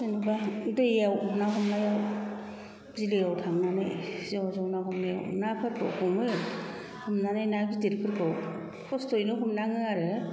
जेनाबा दैयाव ना हमनायाव बिलोयाव थांनानै ज' ज' ना हमनायाव नाफोरखौ हमो हमनानै ना गिदिरफोरखौ खष्टयैनो हमनाङो आरो